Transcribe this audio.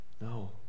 No